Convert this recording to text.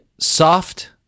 Soft